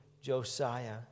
Josiah